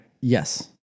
Yes